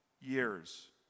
years